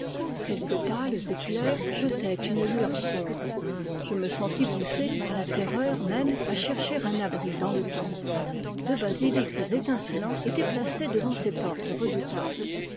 quelques pâles éctairs jetaient une lueur sombre je me sentis poussé par la terreur même à chercher un abri dans le temple deux basilics étincelants étaient placés devant ses portes redoutables